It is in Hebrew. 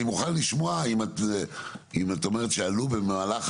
אני מוכן לשמוע אם את אומרת שעלו במהלך